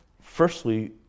Firstly